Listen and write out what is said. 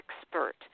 expert